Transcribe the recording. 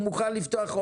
אנחנו נבדוק את הדבר הזה.